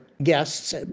guests